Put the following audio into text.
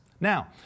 Now